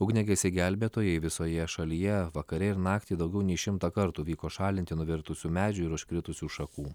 ugniagesiai gelbėtojai visoje šalyje vakare ir naktį daugiau nei šimtą kartų vyko šalinti nuvirtusių medžių ir užkritusių šakų